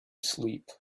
sleep